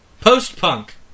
post-punk